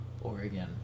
Oregon